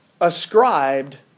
ascribed